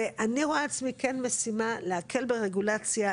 ואני רואה עצמי כן משימה להקל ברגולציה,